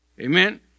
Amen